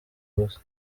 gusa